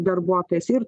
darbuotojas ir